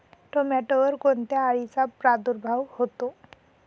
टोमॅटोवर कोणत्या अळीचा प्रादुर्भाव होतो?